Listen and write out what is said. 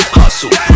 hustle